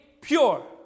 pure